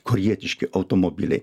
korėjietiški automobiliai